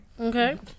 Okay